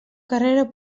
carrera